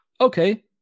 okay